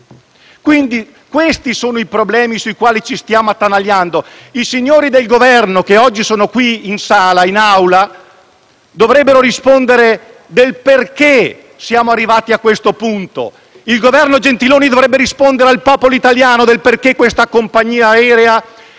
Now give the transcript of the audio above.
Questi sono i problemi che ci stanno attanagliando. I signori del Governo presenti oggi in Aula dovrebbero rispondere del perché siamo arrivati a questo punto. Il Governo Gentiloni Silveri dovrebbe rispondere al popolo italiano del perché questa compagnia aerea